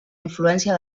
influència